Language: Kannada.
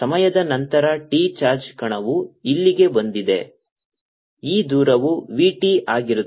ಸಮಯದ ನಂತರ t ಚಾರ್ಜ್ ಕಣವು ಇಲ್ಲಿಗೆ ಬಂದಿದೆ ಈ ದೂರವು v t ಆಗಿರುತ್ತದೆ